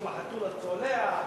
יום החתול הצולע,